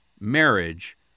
marriage